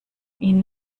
ihn